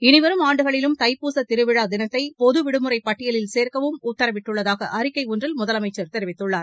இனி வரும் ஆண்டுகளிலும் தைப்பூச திருவிழா தினத்தை பொது விடுமுறைப் பட்டியலில் சேர்க்கவும் உத்தரவிடப்பட்டுள்ளதாக அழிக்கை ஒன்றில் முதலமைச்சா் தெரிவித்துள்ளார்